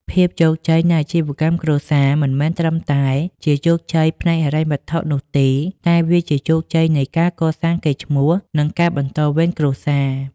ភាពជោគជ័យនៃអាជីវកម្មគ្រួសារមិនមែនត្រឹមតែជាជោគជ័យផ្នែកហិរញ្ញវត្ថុនោះទេ តែវាជាជោគជ័យនៃការកសាងកេរ្តិ៍ឈ្មោះ និងការបន្តវេនគ្រួសារ។